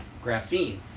Graphene